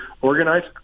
organized